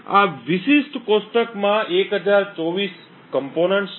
આ વિશિષ્ટ કોષ્ટકમાં 1024 તત્વો છે